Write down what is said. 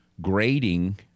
grading